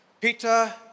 Peter